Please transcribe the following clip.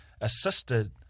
assisted